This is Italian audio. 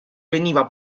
veniva